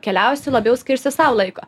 keliausiu labiau skirsiu sau laiko